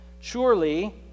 Surely